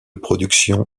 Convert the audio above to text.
production